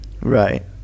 Right